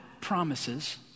promises